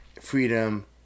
freedom